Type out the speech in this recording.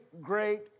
great